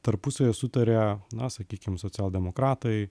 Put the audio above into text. tarpusavy sutaria na sakykim socialdemokratai